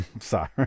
Sorry